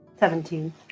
Seventeen